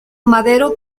madero